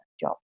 job